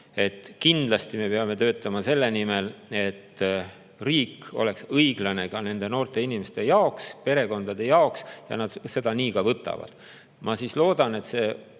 et kindlasti me peame töötama selle nimel, et riik oleks õiglane ka nende noorte inimeste vastu, nende perekondade vastu, ja nad seda nii ka [tajuksid]. Ma loodan, et see